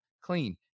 clean